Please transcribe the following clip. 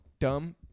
Dumb